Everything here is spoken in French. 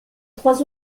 trois